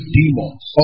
demons